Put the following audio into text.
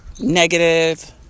negative